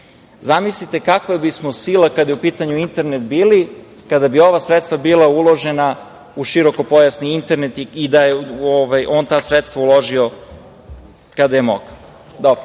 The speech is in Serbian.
Zamislite kakva bismo sila, kada je u pitanju internet bili, kada bi ova sredstva bila uložena u širokopojasni internet i da je on ta sredstva uložio kada je mogao? Dobro.